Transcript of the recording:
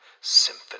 Symphony